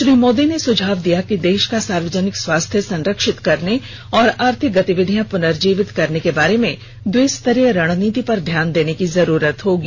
श्री मोदी ने सुझाव दिया कि देश का सार्वजनिक स्वास्थ्य संरक्षित करने और आर्थिक गतिविधियां प्रनर्जीवित करने के बारे में द्विस्तरीय रणनीति पर ध्यान देने की जरूरत होगी